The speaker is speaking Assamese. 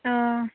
অঁ